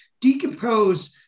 decompose